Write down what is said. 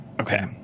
Okay